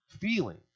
feeling